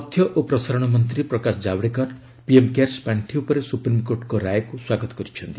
ତଥ୍ୟ ଓ ପ୍ରସାରଣ ମନ୍ତ୍ରୀ ପ୍ରକାଶ ଜାବଡେକର ପିଏମ୍ କେୟାର୍ସ ପାଶ୍ଚି ଉପରେ ସୁପ୍ରିମ୍କୋର୍ଟଙ୍କ ରାୟକୁ ସ୍ୱାଗତ କରିଛନ୍ତି